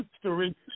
history